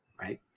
right